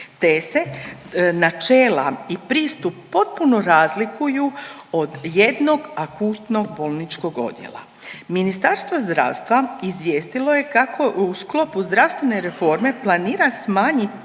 te se načela i pristup potpuno razlikuju od jednog akutnog bolničkog odjela. Ministarstvo zdravstva izvijestilo je kako u sklopu zdravstvene reforme planira smanjit,